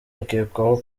akekwaho